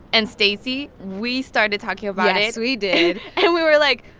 and stacey, we started talking about it yes, we did and we were like,